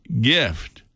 gift